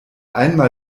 einmal